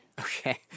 Okay